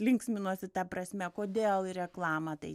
linksminuosi ta prasme kodėl į reklamą tai